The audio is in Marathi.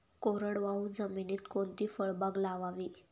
कोरडवाहू जमिनीत कोणती फळबाग लावावी?